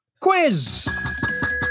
quiz